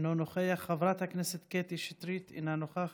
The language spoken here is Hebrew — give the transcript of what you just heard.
אינו נוכח, חברת הכנסת קטי שטרית, אינה נוכחת,